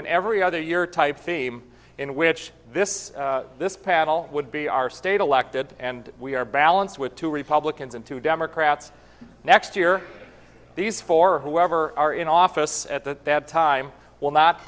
it every other year type theme in which this this panel would be our state elected and we are balanced with two republicans and two democrats next year these four or whoever are in office at the time will not